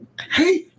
Hey